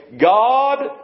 God